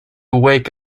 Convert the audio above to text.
wake